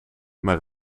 maar